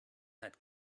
had